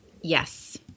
Yes